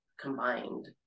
combined